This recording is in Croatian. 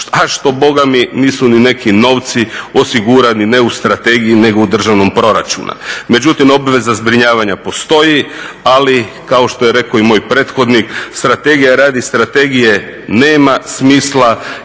a što Boga mi, nisu ni neki novci osigurani, ne u strategiji, nego u državnom proračunu. Međutim, obveza zbrinjavanja postoji, ali kao što je rekao i moj prethodnik, strategija radi strategije nema smisla